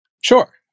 Sure